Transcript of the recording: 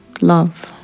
love